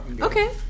okay